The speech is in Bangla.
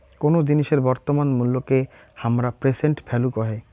কোন জিনিসের বর্তমান মুল্যকে হামরা প্রেসেন্ট ভ্যালু কহে